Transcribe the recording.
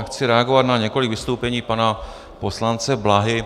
Chci reagovat na několik vystoupení pana poslance Bláhy.